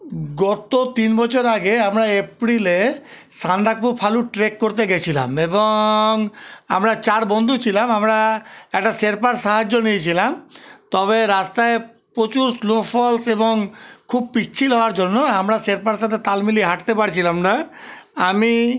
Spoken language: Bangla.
গত তিন বছর আগে আমরা এপ্রিলে সান্দাকফু ফালুট ট্রেক করতে গেছিলাম এবং আমরা চার বন্ধু ছিলাম আমরা একটা শেরপার সাহায্য নিয়েছিলাম তবে রাস্তায় প্রচুর স্নোফলস এবং খুব পিচ্ছিল হওয়ার জন্য আমরা শেরপার সাথে তাল মিলিয়ে হাঁটতে পারছিলাম না আমি